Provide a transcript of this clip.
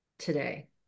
Today